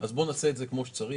אז בוא נעשה את זה כמו שצריך.